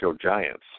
Giants